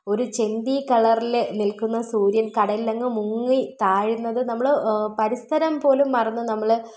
ഒരു ചെന്തീ കളറിൽ നിൽക്കുന്ന സൂര്യൻ കടലിലങ്ങ് മുങ്ങി താഴുന്നത് നമ്മൾ പരിസരം പോലും മറന്ന് നമ്മൾ